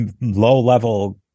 low-level